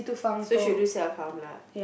so she will do self harm lah